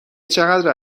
چقدر